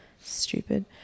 stupid